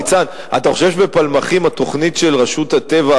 ניצן: אתה חושב שבפלמחים התוכנית של רשות הטבע,